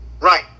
Right